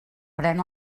pren